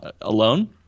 alone